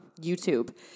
YouTube